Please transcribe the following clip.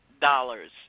dollars